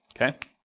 Okay